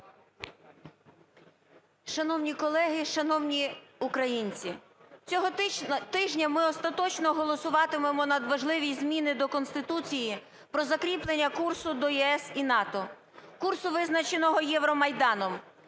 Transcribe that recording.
Шановні колеги і шановні українці! Цього тижня ми остаточно голосуватимемо надважливі зміни до Конституції про закріплення курсу до ЄС і НАТО, курсу, визначеного Євромайданом,